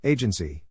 Agency